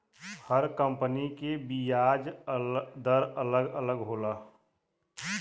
हर company के बियाज दर अलग अलग होला